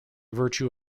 virtue